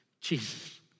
Jesus